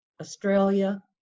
Australia